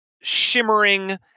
shimmering